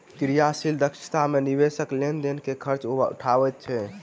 क्रियाशील दक्षता मे निवेशक लेन देन के खर्च उठबैत अछि